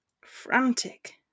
frantic